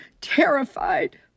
terrified